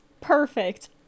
perfect